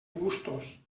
gustos